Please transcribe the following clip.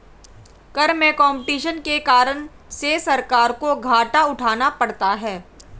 कर में कम्पटीशन के कारण से सरकार को घाटा उठाना पड़ता है